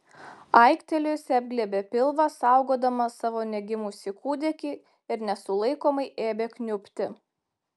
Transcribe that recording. aiktelėjusi apglėbė pilvą saugodama savo negimusį kūdikį ir nesulaikomai ėmė kniubti